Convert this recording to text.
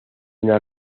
una